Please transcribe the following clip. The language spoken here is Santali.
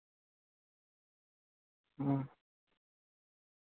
ᱚ